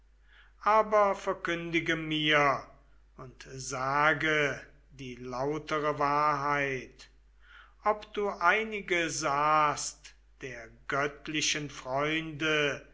aber verkündige mir und sage die lautere wahrheit ob du einige sahst der göttlichen freunde